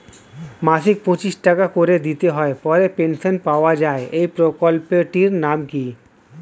মাসিক পঁচিশ টাকা করে দিতে হয় পরে পেনশন পাওয়া যায় এই প্রকল্পে টির নাম কি?